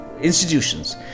institutions